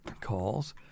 calls